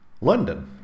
London